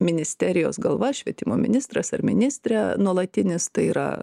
ministerijos galva švietimo ministras ar ministrė nuolatinis tai yra